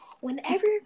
Whenever